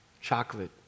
chocolate